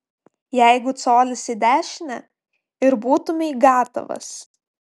jeigu colis į dešinę ir būtumei gatavas